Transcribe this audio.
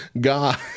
God